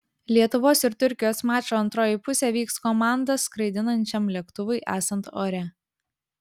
lietuvos ir turkijos mačo antroji pusė vyks komandą skraidinančiam lėktuvui esant ore